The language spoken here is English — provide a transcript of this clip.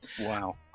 Wow